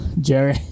Jerry